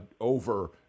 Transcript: over